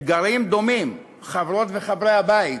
אתגרים דומים, חברות וחברי הבית,